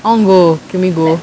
I want to go can we go